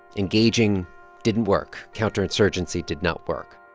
engaging didn't work. counterinsurgency did not work.